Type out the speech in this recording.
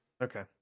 okay